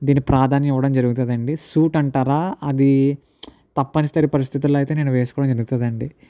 దీని ప్రాధాన్యం ఇవ్వడం జరుగుతుంది అండి సూట్ అంటారా అది తప్పనిసరి పరిస్థితుల్లో అయితే నేను వేసుకోవడం జరుగుతుంది అండి